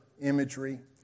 imagery